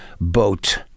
boat